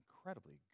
incredibly